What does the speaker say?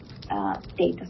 data